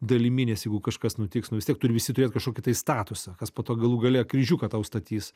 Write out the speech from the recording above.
dalimi nes jeigu kažkas nutiks nu vis tiek turi visi turėt kažkokį tai statusą kas po to galų gale kryžiuką tau statys